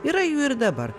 yra jų ir dabar